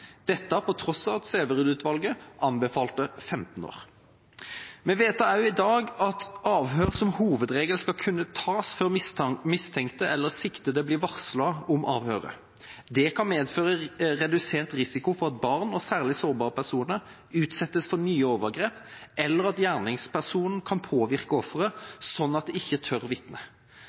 dette på tross av at Sæverud-utvalget anbefalte 15 år. Vi vedtar i dag også at avhør som hovedregel skal kunne tas før mistenkte eller siktede blir varslet om avhøret. Det kan medføre redusert risiko for at barn og særlig sårbare personer utsettes for nye overgrep, eller at gjerningspersonen kan påvirke offeret slik at det ikke tør vitne.